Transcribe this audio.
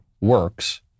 works